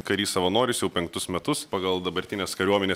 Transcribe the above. karys savanoris jau penktus metus pagal dabartinės kariuomenės